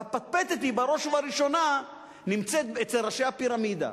והפטפטת בראש וראשונה נמצאת אצל ראשי הפירמידה.